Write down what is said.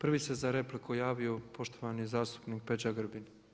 Prvi se za repliku javio poštovani zastupnik Peđa Grbin.